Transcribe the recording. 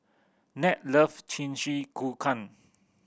Ned love Jingisukan